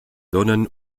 donen